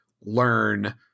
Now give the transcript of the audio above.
learn